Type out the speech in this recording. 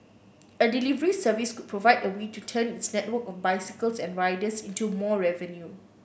a delivery service could provide a way to turn its network of bicycles and riders into more revenue